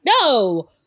No